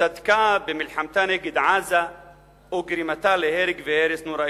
צדקה במלחמתה נגד עזה וגרימתה להרג והרס נוראיים.